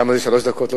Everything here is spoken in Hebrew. כמה זה שלוש דקות.